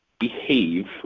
behave